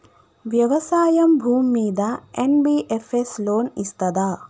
వ్యవసాయం భూమ్మీద NBFS loan ఇస్తదా?